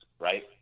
right